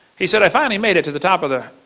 he said, i finally made it to the top of the